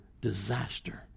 disaster